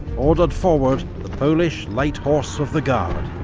ordered forward the polish light horse of the guard.